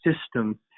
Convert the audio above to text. system